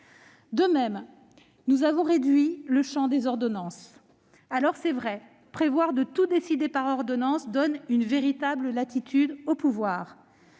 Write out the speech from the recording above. De même, nous avons réduit le champ des ordonnances. Alors, c'est vrai, prévoir de tout décider par ordonnance donne une véritable latitude au pouvoir.